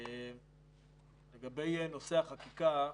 לגבי נושא החקיקה,